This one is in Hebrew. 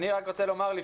אני רק רוצה לומר,